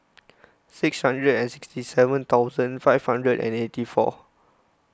six hundred and sixty seven thousand five hundred and eighty four